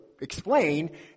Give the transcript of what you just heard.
explain